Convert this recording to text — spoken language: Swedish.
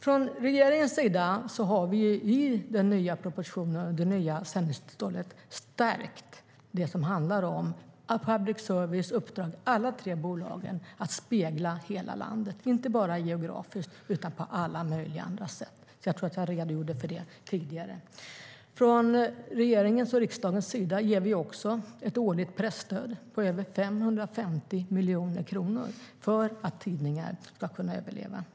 Regeringen har i den nya propositionen och det nya sändningstillståndet stärkt alla de tre public service-bolagens uppdrag att spegla hela landet, inte bara geografiskt utan på alla möjliga sätt. Jag tror att jag redogjorde för det tidigare. Regering och riksdag ger också ett årligt presstöd på över 550 miljoner kronor för att tidningar ska kunna överleva.